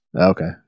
Okay